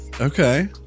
Okay